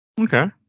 Okay